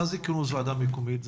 מה זה כינוס ועדה מקומית?